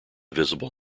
visible